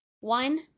One